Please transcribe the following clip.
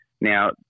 Now